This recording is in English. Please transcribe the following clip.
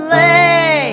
lay